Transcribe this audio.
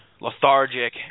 lethargic